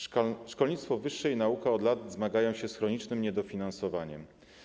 Szkolnictwo wyższe i nauka od lat zmagają się z chronicznym niedofinansowaniem.